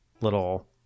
little